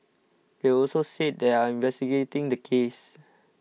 they've also said they are investigating the case